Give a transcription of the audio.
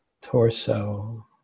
torso